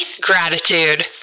gratitude